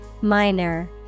Minor